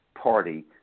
party